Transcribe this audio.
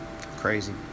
crazy